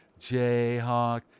jayhawk